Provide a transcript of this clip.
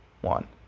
one